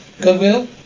Goodwill